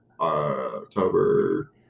October